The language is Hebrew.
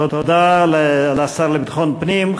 תודה לשר לביטחון פנים.